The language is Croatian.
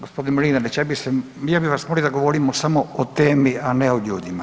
Gospodine Mlinarić ja bih vas molio da govorimo samo o temi, a ne o ljudima.